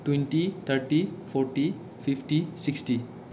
twenty thirty forty fifty sixty